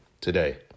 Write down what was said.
today